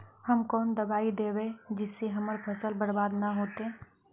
हम कौन दबाइ दैबे जिससे हमर फसल बर्बाद न होते?